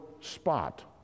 spot